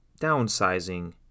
downsizing